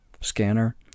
scanner